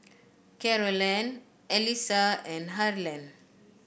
Carolann Allyssa and Harland